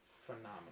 Phenomenal